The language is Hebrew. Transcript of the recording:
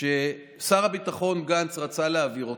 ששר הביטחון גנץ רצה להעביר אותו,